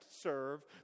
serve